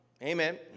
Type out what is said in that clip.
Amen